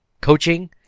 coaching